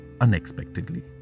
unexpectedly